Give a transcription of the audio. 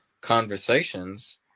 conversations